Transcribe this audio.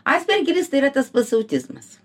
aspergeris tai yra tas pats autizmas